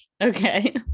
okay